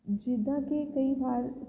ਜਿੱਦਾਂ ਕਿ ਕਈ ਵਾਰ